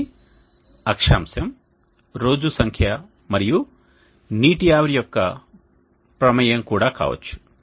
ఇది అక్షాంశం రోజు సంఖ్య మరియు నీటి ఆవిరి యొక్క ప్రమేయం కూడా కావచ్చు